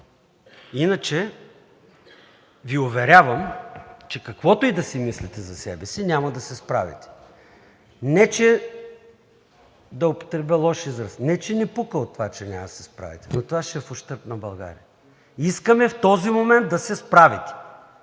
Иначе Ви уверявам, че каквото и да си мислите за себе си – няма да се справите. Не че е било лош израз, не че ни пука от това, че няма да се справите, но това ще е в ущърб на България. Искаме в този момент да се справите!